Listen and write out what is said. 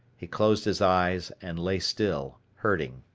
he closed his eyes and lay still, hurting.